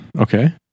Okay